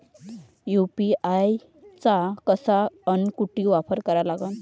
UPI चा कसा अन कुटी वापर कराचा?